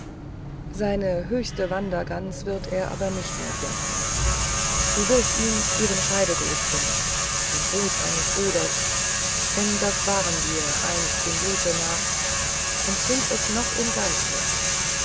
seine höchste wandergans wird er aber nicht mehr finden du wirst ihm ihren scheidegruß bringen den gruß eines bruders denn das waren wir einst dem blute nach und sind es noch im geiste